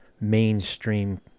mainstream